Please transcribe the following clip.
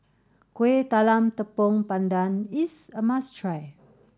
Kuih Talam Tepong Pandan is a must try